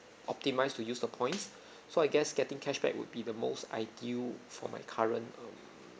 optimise to use the points so I guess getting cashback would be the most ideal for my current um